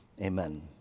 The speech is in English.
Amen